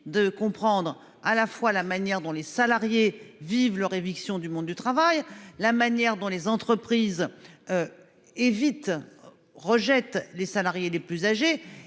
de comprendre à la fois la manière dont les salariés vivent leur éviction du monde du travail, la manière dont les entreprises. Et vite rejette les salariés les plus âgés